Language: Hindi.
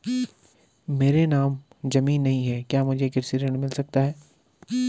मेरे नाम ज़मीन नहीं है क्या मुझे कृषि ऋण मिल सकता है?